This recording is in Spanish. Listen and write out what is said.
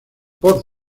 por